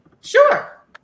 Sure